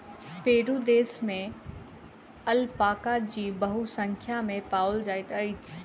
Peru देश में alpaca जीव बहुसंख्या में पाओल जाइत अछि